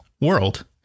world